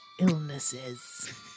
illnesses